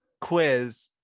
quiz